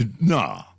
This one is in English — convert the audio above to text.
No